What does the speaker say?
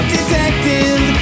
detective